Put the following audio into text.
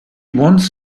wants